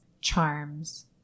charms